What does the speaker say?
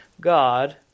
God